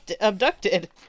abducted